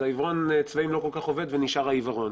אז עיוורון הצבעים לא כל כך עובד ונשאר העיוורון.